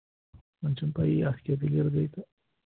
وۅنۍ چھَنہٕ پَیِی اَتھ کیٛاہ دٔلیٖل گٔے